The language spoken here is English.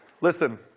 Listen